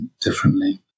differently